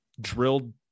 drilled